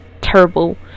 terrible